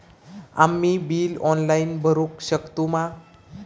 आम्ही bill online भरुक शकतू मा?